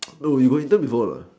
no you got intern before or not